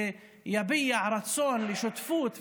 ויביע רצון לשותפות,